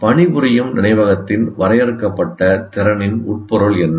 பணிபுரியும் நினைவகத்தின் வரையறுக்கப்பட்ட திறனின் உட்பொருள் என்ன